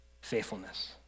faithfulness